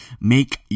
make